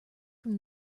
from